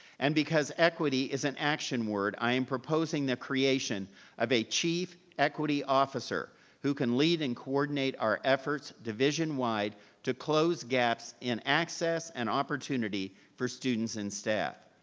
and because equity is an action word, i am proposing the creation of a chief equity officer who can lead and coordinate our efforts division-wide to close gaps in access and opportunity for students and staff.